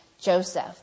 Joseph